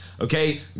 okay